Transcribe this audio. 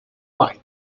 white